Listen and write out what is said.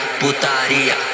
putaria